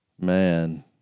Man